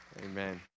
amen